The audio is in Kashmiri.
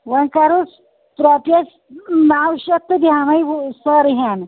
وۅنۍ کَرُس رۄپیس نو شتھ تہٕ بہٕ ہٮ۪مے سٲرٕے ہن